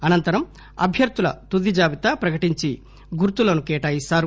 అనంతరం అభ్యర్థుల తుది జాబితా ప్రకటించి గుర్తులు కేటాయిస్తారు